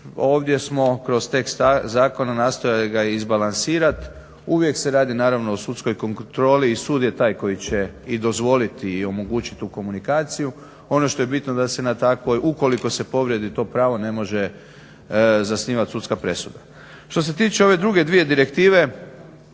Ovdje smo kroz tekst zakona nastojali ga izbalansirat, uvijek se radi naravno o sudskoj kontroli i sud je taj koji će i dozvoliti i omogućiti tu komunikaciju. Ono što je bitno da se na takvoj, ukoliko se povrijedi to pravo, ne može zasnivat sudska presuda. Što se tiče ove druge dvije direktive,